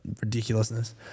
ridiculousness